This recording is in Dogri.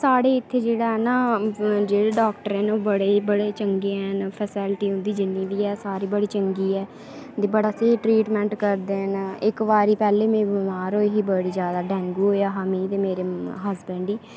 साढ़े इत्थै जेह्ड़ा ऐ ना जेह्ड़े डाक्टर हैन ओह् बड़े ही बड़े चंगे ऐन फैसिलिटी उंदी जिन्नी बी ऐन बड़ी चंगी ऐ ते बड़ा स्हेई ट्रीटमैंट करदे न इक बारी पैहलें में बमार होई ही बड़़ा ज्यादा डैंगू होएया हा मिगी ते मेरे हजबैंड गी